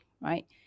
right